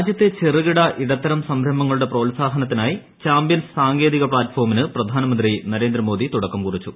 രാജ്യത്തെ ചെറുകിട ഇടത്തര സംരംഭൂങ്ങളുടെ പ്രോത്സാഹന ത്തിനായി ചാമ്പ്യൻസ് സാങ്കേതികൃപ്ലിറ്റ്ഫോമിന് പ്രധാനമന്ത്രി നരേന്ദ്രമോദി തുടക്കം കുറിച്ചു